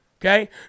Okay